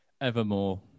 evermore